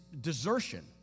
desertion